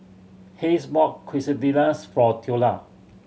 Hays bought Quesadillas for Theola